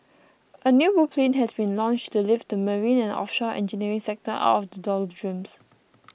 a new blueprint has been launched to lift the marine and offshore engineering sector out of the doldrums